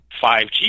5G